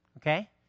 Okay